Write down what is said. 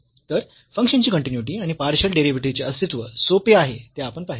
तर फंक्शनची कंटीन्यूईटी आणि पार्शियल डेरिव्हेटिव्ह चे अस्तित्व सोपे आहे ते आपण पाहिले